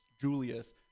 Julius